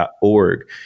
org